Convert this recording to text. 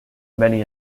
many